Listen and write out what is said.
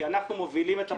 כי אנחנו מובילים את הפרויקט,